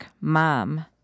Mom